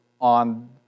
on